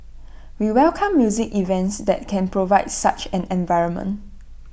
we welcome music events that can provide such an environment